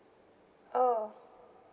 oh